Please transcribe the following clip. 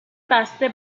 بسته